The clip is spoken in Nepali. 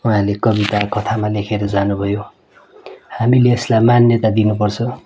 उहाँले कविता कथामा लेखेर जानुभयो हामीले यसलाई मान्यता दिनुपर्छ